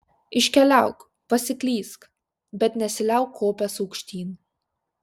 iškeliauk pasiklysk bet nesiliauk kopęs aukštyn